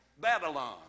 Babylon